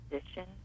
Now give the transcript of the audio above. position